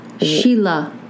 Sheila